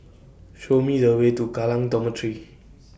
Show Me The Way to Kallang Dormitory